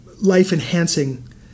life-enhancing